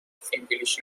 فینگلیش